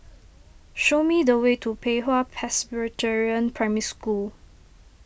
show me the way to Pei Hwa Presbyterian Primary School